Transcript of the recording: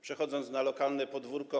Przechodzę na lokalne podwórko.